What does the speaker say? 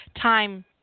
time